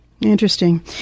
Interesting